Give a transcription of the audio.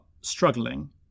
struggling